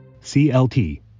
CLT